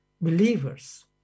believers